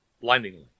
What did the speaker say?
blindingly